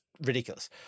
ridiculous